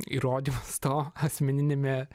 įrodymas to asmeniniame